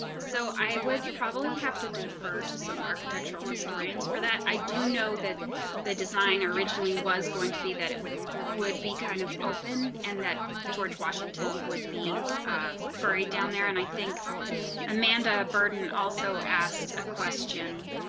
so i would probably have to defer to some architectural historians for that. i do know that anna marley the design originally was going to be that it would would be kind of open and that george washington would be very down there. and i think amanda burton also asked a question.